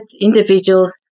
individuals